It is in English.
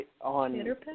On